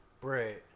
Bread